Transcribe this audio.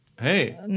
Hey